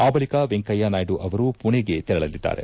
ಆ ಬಳಿಕ ವೆಂಕಯ್ಯನಾಯ್ದು ಅವರು ಪುಣೆಗೆ ತೆರಳಿಲಿದ್ದಾರೆ